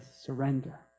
surrender